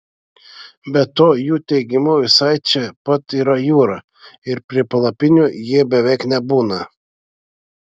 be to jų teigimu visai čia pat yra jūra ir prie palapinių jie beveik nebūna